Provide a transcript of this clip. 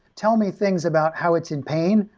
tell me things about how it's in pain,